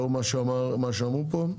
לאור מה שאמרו פה.